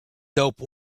dope